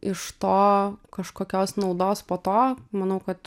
iš to kažkokios naudos po to manau kad